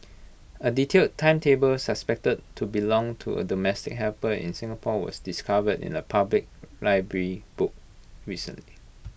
A detailed timetable suspected to belong to A domestic helper in Singapore was discovered in A public library book recently